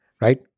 right